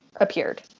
appeared